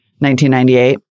1998